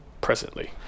presently